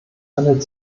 handelt